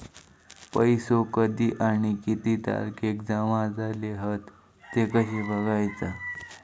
पैसो कधी आणि किती तारखेक जमा झाले हत ते कशे बगायचा?